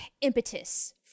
impetus